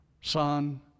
Son